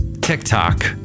TikTok